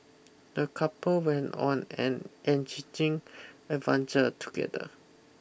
the couple went on an enriching adventure together